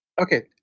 okay